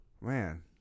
Man